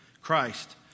Christ